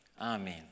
Amen